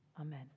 Amen